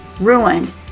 ruined